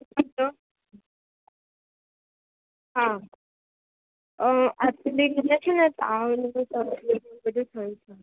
કેમ છો હા એક્ચ્યુલી મને છે ને તાવ ને બધું થયું છે